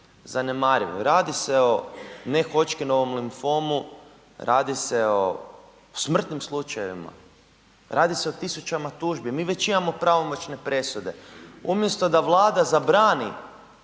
zanemarive, radi se o Ne-Hodgkinovom limfomu, radi se o smrtnim slučajevima, radi se o tisućama tužbi. Mi već imamo pravomoćne presude. Umjesto da Vlada zabrani